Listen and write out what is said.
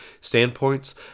standpoints